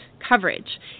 coverage